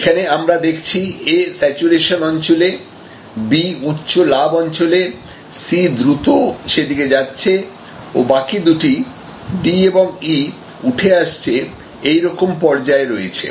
এখানে আমরা দেখছি A স্যাচুরেশন অঞ্চলে B উচ্চ লাভ অঞ্চলে C দ্রুত সেদিকে যাচ্ছে ও বাকি দুটি D ও E উঠে আসছে এইরকম পর্যায়ে রয়েছে